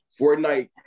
Fortnite